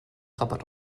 rabatt